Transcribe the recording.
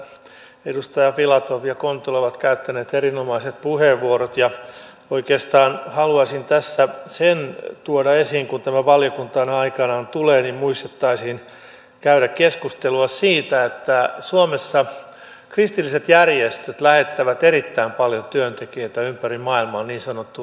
tässä edustajat filatov ja kontula ovat käyttäneet erinomaiset puheenvuorot ja oikeastaan haluaisin tässä sen tuoda esiin että kun tämä valiokuntaan aikanaan tulee niin muistettaisiin käydä keskustelua siitä että suomessa kristilliset järjestöt lähettävät erittäin paljon työntekijöitä ympäri maailmaa niin sanottuun lähetystyöhön